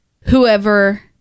whoever